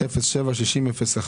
07-60-01